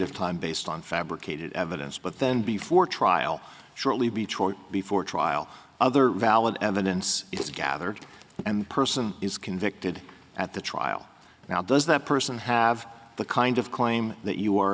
of time based on fabricated evidence but then before trial shortly before trial other valid evidence is gathered and person is convicted at the trial now does that person have the kind of claim that you